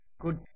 Good